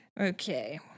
Okay